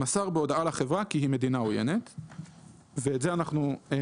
מסר בהודעה לחברה כי היא מדינה עוינת,";" אנחנו מבקשים